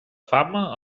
fama